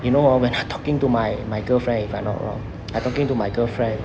you know hor when I talking to my my girlfriend if I'm not wrong I talking to my girlfriend